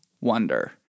wonder